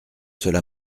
cela